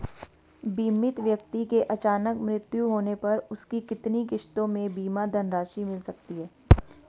बीमित व्यक्ति के अचानक मृत्यु होने पर उसकी कितनी किश्तों में बीमा धनराशि मिल सकती है?